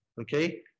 Okay